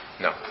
no